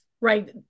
right